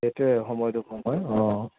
সেইটোৱে সময়টো সময় অঁ